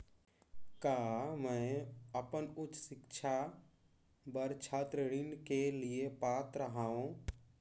का मैं अपन उच्च शिक्षा बर छात्र ऋण के लिए पात्र हंव?